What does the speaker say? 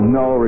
no